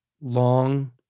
long